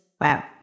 wow